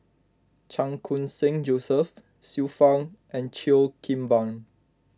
Chan Khun Sing Joseph Xiu Fang and Cheo Kim Ban